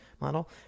model